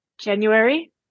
January